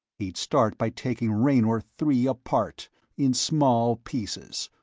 he'd start by taking raynor three apart in small pieces!